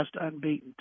unbeaten